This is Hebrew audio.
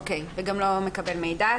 וגם לא מקבל מידע.